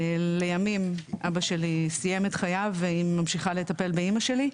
לימים אבא שלי סיים את חייו והיא ממשיכה לטפל באימא שלי.